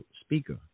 speaker